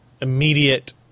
immediate